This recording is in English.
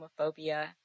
homophobia